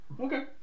Okay